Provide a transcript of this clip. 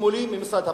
ותגמולים ממשרד הפנים,